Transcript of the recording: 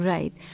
Right